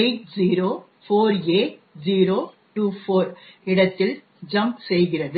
804A024 இடத்தில் jump செய்கிறது